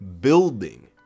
building